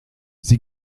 sie